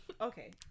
Okay